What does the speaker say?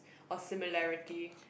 or similarity